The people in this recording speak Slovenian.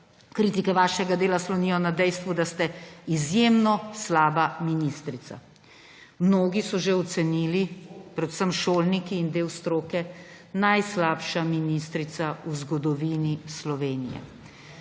Kritike vašega dela slonijo na dejstvu, da ste izjemno slaba ministrica.« Mnogi so že ocenili, predvsem šolniki in del stroke, najslabša ministrica v zgodovini Slovenije.